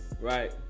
right